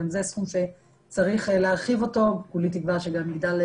גם זה סכום שצריך להרחיב אותו וכולי תקווה שהוא גם יגדל,